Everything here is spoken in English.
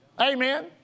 Amen